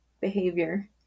behavior